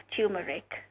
turmeric